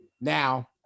Now